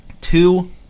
two